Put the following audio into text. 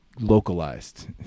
localized